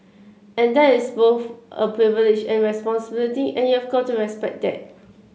and that is both a privilege and a responsibility and you've got to respect that